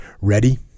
ready